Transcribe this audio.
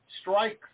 strikes